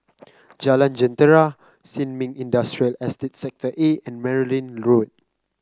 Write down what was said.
Jalan Jentera Sin Ming Industrial Estate Sector A and Merryn Road